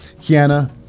kiana